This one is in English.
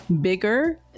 bigger